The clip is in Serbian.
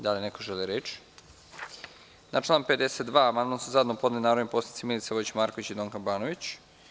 Da li neko želi reč? (Ne) Na član 52. amandman su zajedno podneli narodni poslanici Milica Vojić Marković i Donka Banović.